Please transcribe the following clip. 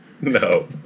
No